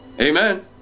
Amen